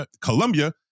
Colombia